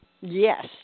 Yes